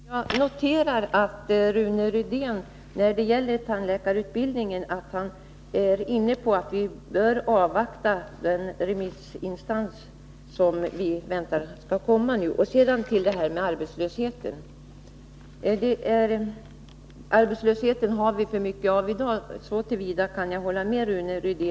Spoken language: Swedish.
Herr talman! Jag noterar att Rune Rydén beträffande tandläkarutbildningen är inne på att vi bör avvakta remissvaren. Arbetslösheten är för stor i dag. Så till vida kan jag hålla med Rune Rydén.